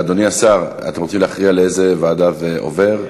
אדוני השר, אתם רוצים להכריע לאיזו ועדה זה עובר?